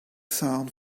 sound